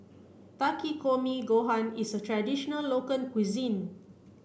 Takikomi Gohan is a traditional local cuisine